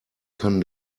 kann